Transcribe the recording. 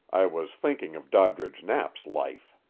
i was thinking of doddridge knapp's life.